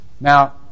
Now